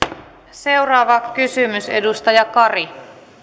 seuraava kysymys edustaja kari